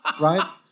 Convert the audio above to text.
Right